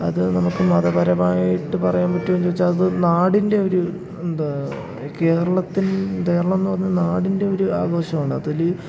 അത് നമുക്ക് മതപരമായിട്ട് പറയാൻ പറ്റുമോയെന്നു ചോദിച്ചാൽ അത് നാടിൻ്റെ ഒരു എന്താ കേരളത്തിൽ കേരളം എന്നു പറഞ്ഞാൽ നാടിൻ്റെയൊരു ആഘോഷമാണതിൽ